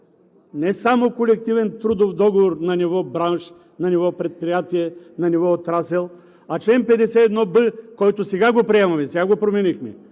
не само колективен трудов договор на ниво бранш, на ниво предприятие, на ниво отрасъл, а чл. 51б, който сега го приемаме, сега го променихме